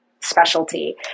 specialty